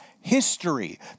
history